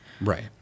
Right